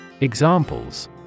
examples